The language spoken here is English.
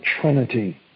Trinity